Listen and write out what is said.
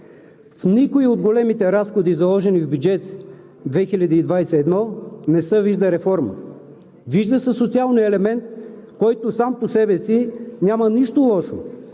В никой от големите разходи, заложени в бюджет 2021, не се виждат реформи – вижда се социалният елемент, в който сам по себе си няма нищо лошо,